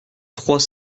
trois